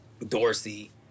Dorsey